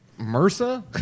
MRSA